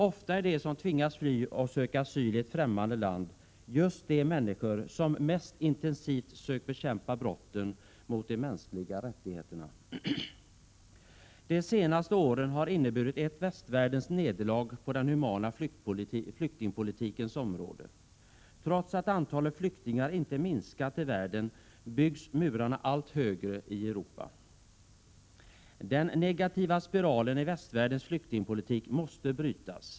Ofta är de som tvingas fly och söka asyli ett fftämmande land just de människor som mest intensivt sökt bekämpa brotten mot de mänskliga rättigheterna. De senaste åren har inneburit ett västvärldens nederlag på den humana flyktingpolitikens område. Trots att antalet flyktingar i världen inte minskat byggs murarna allt högre i Europa. Den negativa spiralen i västvärldens flyktingpolitik måste brytas.